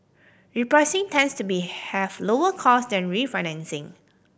repricing tends to be have lower cost than refinancing